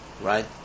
Right